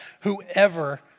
whoever